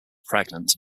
pregnant